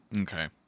Okay